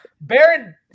Baron